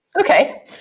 okay